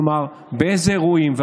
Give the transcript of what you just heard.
כלומר באיזה אירועים.